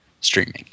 streaming